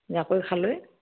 জাকৈ খালৈ